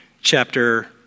chapter